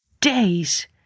days